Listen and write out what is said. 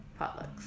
potlucks